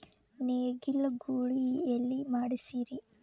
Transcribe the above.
ನೇಗಿಲ ಗೂಳಿ ಎಲ್ಲಿ ಮಾಡಸೀರಿ?